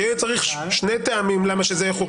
שיהיה צריך שני טעמים למה זה יחול.